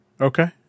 okay